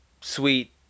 Sweet